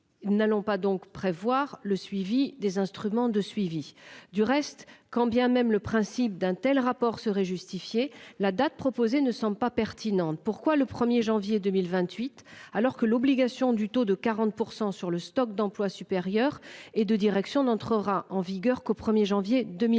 N'allons pas donc prévoir le suivi des instruments de suivi du reste, quand bien même le principe d'un tel rapport serait justifiée la date proposée ne sont pas pertinentes, pourquoi le 1er janvier 2028 alors que l'obligation du taux de 40% sur le stock d'emplois supérieurs et de direction n'entrera en vigueur qu'au 1er janvier 2029